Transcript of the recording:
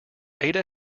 ada